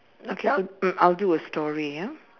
okay I'll mm I'll do a story ah